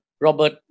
Robert